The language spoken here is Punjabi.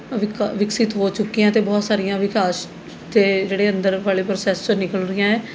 ਵਿਕਾ ਵਿਕਸਿਤ ਹੋ ਚੁੱਕੀਆਂ ਅਤੇ ਬਹੁਤ ਸਾਰੀਆਂ ਵਿਕਾਸ ਅਤੇ ਜਿਹੜੇ ਅੰਦਰ ਵਾਲੇ ਪ੍ਰੋਸੈਸ ਚੋਂ ਨਿਕਲ ਰਹੀਆਂ ਹੈ